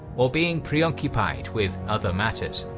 or being preoccupied with other matters.